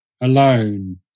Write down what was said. alone